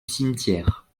cimetière